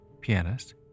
pianist